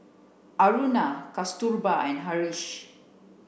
Aruna Kasturba and Haresh